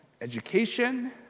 education